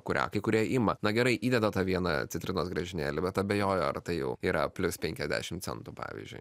kurią kai kurie ima na gerai įdeda tą vieną citrinos griežinėlį bet abejoju ar tai jau yra plius penkiasdešimt centų pavyzdžiui